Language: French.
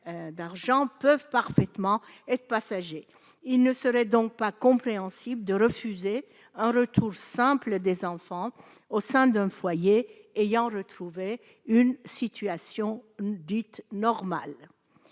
d'argent peuvent parfaitement être passager, il ne serait donc pas compréhensible de refuser un retour simple des enfants au sein d'un foyer ayant retrouvé une situation dite normale,